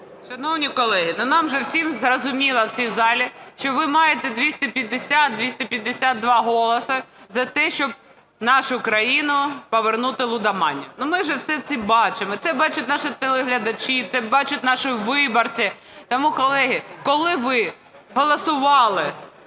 Шановні колеги! Нам вже всім зрозуміло в цій залі, що ви маєте 250-252 голоси за те, щоб в нашу країну повернути лудоманію. Ми всі це бачимо і це бачать наші телеглядачі, це бачать наші виборці. Тому колеги, коли ви голосували